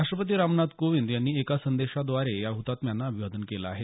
राष्ट्रपती रामनाथ कोविंद यांनी एका संदेशाद्वारे या हुतात्म्यांना अभिवादन केलं आहे